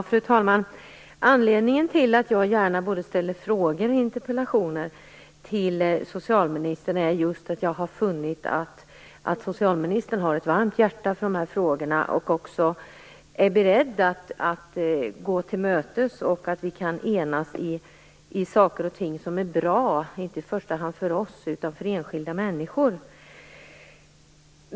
Fru talman! Anledningen till att jag gärna ställer både frågor och interpellationer till socialministern är just att jag har funnit att socialministern har ett varmt hjärta i dessa frågor och är beredd att gå mig till mötes så att vi kan enas om saker och ting som är bra - inte i första hand för oss utan för enskilda människor.